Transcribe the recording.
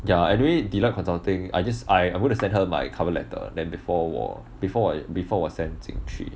ya anyway deloitte consulting I just I want to send her by cover letter then before 我 before 我 before send 进去